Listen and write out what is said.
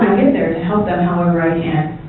there to help them however i